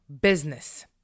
business